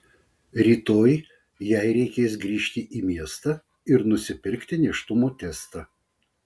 rytoj jai reikės grįžti į miestą ir nusipirkti nėštumo testą